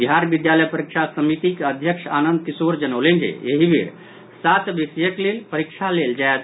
बिहार विद्यालय परीक्षा समितिक अध्यक्ष आनंद किशोर जनौलनि जे एहि बेर सात विषयक लेल परीक्षा लेल जायत